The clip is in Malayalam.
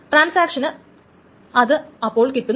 ട്രാൻസാക്ഷന് അത് അപ്പോൾ കിട്ടുകയില്ല